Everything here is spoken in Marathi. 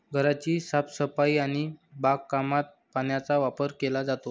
घराची साफसफाई आणि बागकामात पाण्याचा वापर केला जातो